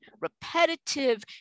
repetitive